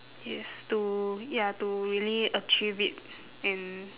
yes to ya to really achieve it and